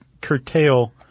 curtail